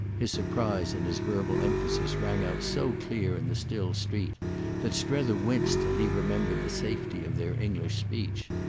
his surprise and his verbal emphasis rang out so clear in the still street that strether winced till he remembered the safety of their english speech.